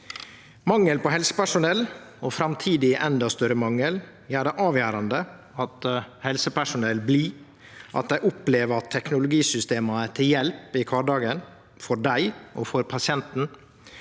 Mangel på helsepersonell – og framtidig endå større mangel – gjer det avgjerande at helsepersonell blir, at dei opplever at teknologisystema er til hjelp i kvardagen, både for dei og for pasienten,